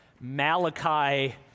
Malachi